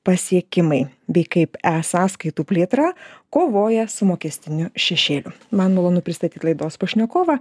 pasiekimai bei kaip e sąskaitų plėtrą kovoja su mokestiniu šešėliu man malonu pristatyti laidos pašnekovą